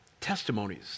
testimonies